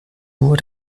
nur